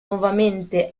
nuovamente